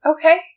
Okay